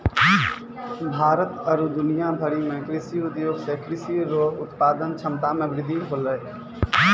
भारत आरु दुनिया भरि मे कृषि उद्योग से कृषि रो उत्पादन क्षमता मे वृद्धि होलै